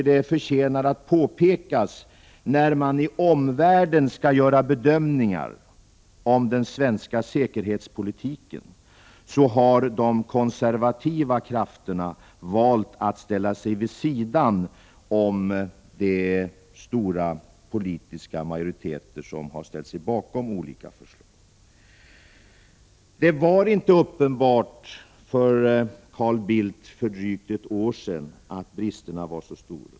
Det förtjänar att påpekas, när man i omvärlden skall göra bedömningar av den svenska säkerhetspolitiken, att de konservativa krafterna har valt att stå vid sidan om de stora politiska majoriteter som har ställt sig bakom olika förslag. Det var inte uppenbart för Carl Bildt för drygt ett år sedan att bristerna var så stora.